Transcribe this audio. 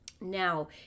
now